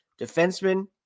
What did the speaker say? defenseman